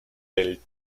del